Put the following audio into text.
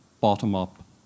bottom-up